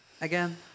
Again